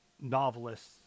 novelists